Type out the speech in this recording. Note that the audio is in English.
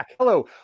Hello